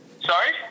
Sorry